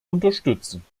unterstützen